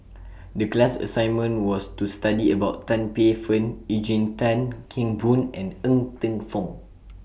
The class assignment was to study about Tan Paey Fern Eugene Tan Kheng Boon and Ng Teng Fong